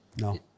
No